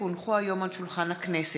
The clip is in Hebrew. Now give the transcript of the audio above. כי הונחו היום על שולחן הכנסת,